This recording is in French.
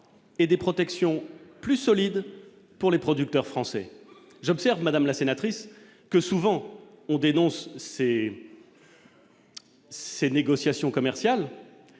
et des protections plus solide pour les producteurs français, je me sers madame la sénatrice que souvent on dénonce c'est ces négociations commerciales